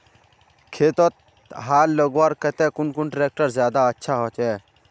खेतोत हाल लगवार केते कुन ट्रैक्टर ज्यादा अच्छा होचए?